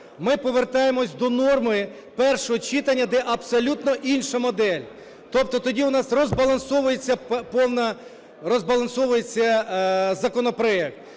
ми повертаємося до норми першого читання, де абсолютно інша модель. Тобто тоді в нас розбалансовується повна…